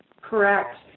Correct